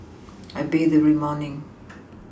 I bathe every morning